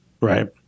right